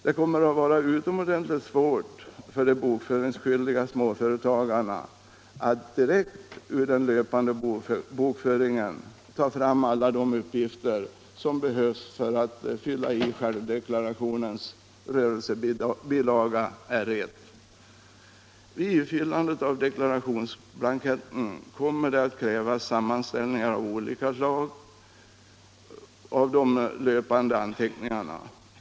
Det kommer att vara utomordentligt svårt för de bokföringsskyldiga småföretagarna att direkt ur den löpande bokföringen ta fram alla de uppgifter som behövs för att fylla i självdeklarationens rörelsebilaga R 1. Vid ifyllandet av deklarationsblanketten kommer det att krävas att sammanställningar av olika slag görs av de löpande anteckningarna.